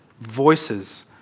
voices